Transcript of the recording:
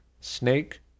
snake